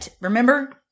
remember